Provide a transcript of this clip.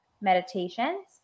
meditations